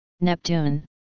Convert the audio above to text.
Neptune